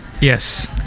Yes